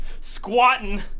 squatting